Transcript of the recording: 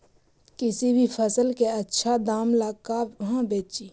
किसी भी फसल के आछा दाम ला कहा बेची?